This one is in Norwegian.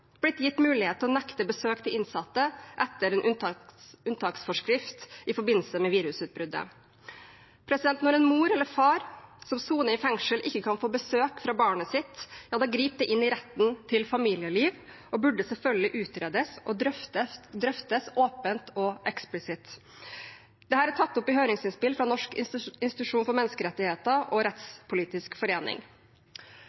blitt gitt mulighet til å nekte besøk til innsatte etter en unntaksforskrift i forbindelse med virusutbruddet. Når en mor eller far som soner i fengsel, ikke kan få besøk av barnet sitt, griper det inn i retten til familieliv og burde selvfølgelig utredes og drøftes åpent og eksplisitt. Dette er tatt opp i høringsinnspill fra Norges institusjon for menneskerettigheter og